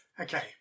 Okay